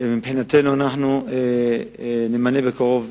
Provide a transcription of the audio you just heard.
סעיד נפאע שאל את שר הפנים ביום י"ז בחשוון התש"ע